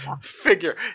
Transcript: figure